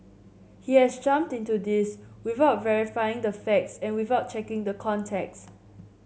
he has jumped into this without verifying the facts and without checking the context